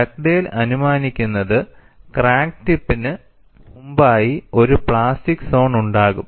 Dugdale അനുമാനിക്കുന്നത് crack ടിപ്പിനു മുമ്പായി ഒരു പ്ലാസ്റ്റിക് സോൺ ഉണ്ടാകും